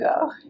go